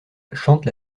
chante